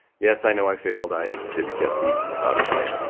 yes i know i failed, i didn't get the daughter's name.